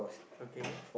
okay